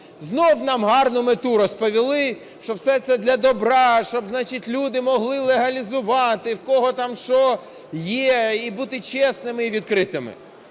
Знову нам гарно мету розповіли, що все це для добра, щоб, значить, люди могли легалізувати в кого там що є і бути чесними і відкритими.